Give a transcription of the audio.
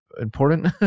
important